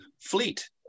fleet